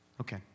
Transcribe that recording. Okay